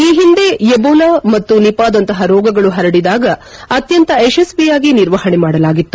ಈ ಹಿಂದೆ ಎಬೊಲಾ ಮತ್ತು ನಿಪಾದಂತಪ ರೋಗಗಳು ಪರಡಿದಾಗ ಅತ್ಯಂತ ಯಶಸ್ವಿಯಾಗಿ ನಿರ್ವಹಣೆ ಮಾಡಲಾಗಿತ್ತು